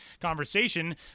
conversation